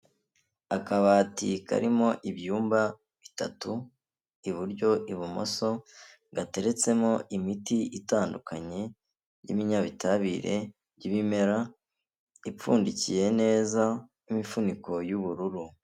Akabati karimo ibyumba bitatu, iburyo, ibumoso, gateretsemo imiti itandukanye y'ibinyabutabire by'ibimera, ipfundikiye neza n'imifuniko y'ubururu.